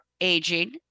aging